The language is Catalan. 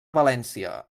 valència